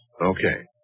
Okay